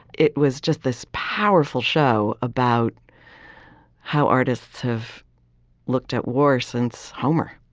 it was just this powerful show about how artists have looked at war since homer.